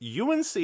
UNC